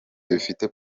bifite